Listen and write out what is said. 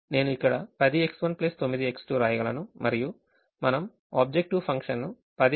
నేను ఇక్కడ 10X1 9X2 వ్రాయగలను మరియు మనం ఆబ్జెక్టివ్ ఫంక్షన్ ను 10xX విలువను వ్రాయగలము